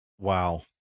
Wow